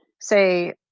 say